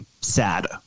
sad